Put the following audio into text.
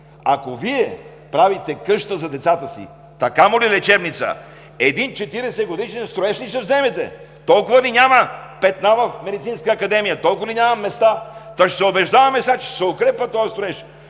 ако Вие правите къща за децата си, та камо ли лечебница, един 40 годишен строеж ли ще вземете? Толкова ли няма петна в Медицинска академия, толкова ли няма места, та ще се убеждаваме сега, че ще се укрепва този строеж?